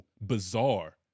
bizarre